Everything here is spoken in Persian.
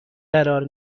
قرار